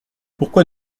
pourquoi